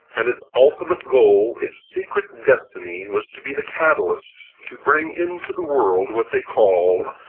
and its ultimate goal its secret destiny was to be the catalyst to bring into the world what they called